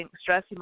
stress